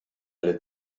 alle